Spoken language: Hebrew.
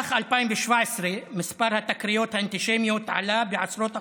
במהלך 2017 מספר התקריות האנטישמיות עלה בעשרות אחוזים,